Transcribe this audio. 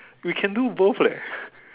we can do both leh